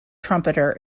trumpeter